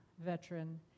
veteran